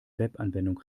webanwendung